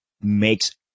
makes